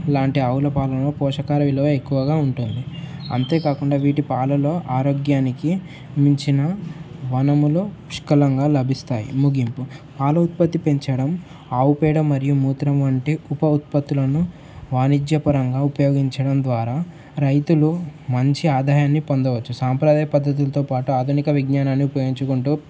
లాంటి ఆవుల పాలలో పోషకాల విలువ ఎక్కువగా ఉంటుంది అంతేకాకుండా వీటి పాలలో ఆరోగ్యానికి మించిన వనములు పుష్కలంగా లభిస్తాయి ముగింపు పాల ఉత్పత్తి పెంచడం ఆవు పేడ మరియు మూత్రం వంటి ఉప ఉత్పత్తులను వాణిజ్యపరంగా ఉపయోగించడం ద్వారా రైతులు మంచి ఆదాయాన్ని పొందవచ్చు సాంప్రదాయ పద్ధతులతో పాటు ఆధునిక విజ్ఞానాన్ని ఉపయగించుకుంటూ